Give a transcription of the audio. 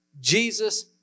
Jesus